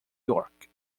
york